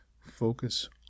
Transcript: focus